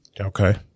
Okay